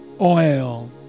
Oil